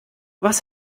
was